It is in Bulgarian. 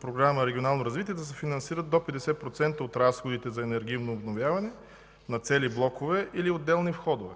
Програма „Регионално развитие” се предвиждаше да се финансират до 50% от разходите за енергийно обновяване на цели блокове или отделни входове.